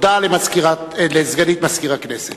הודעה לסגנית מזכיר הכנסת.